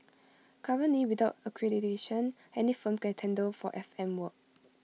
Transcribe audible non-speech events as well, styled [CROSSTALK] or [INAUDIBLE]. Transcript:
[NOISE] currently without accreditation any firm can tender for F M work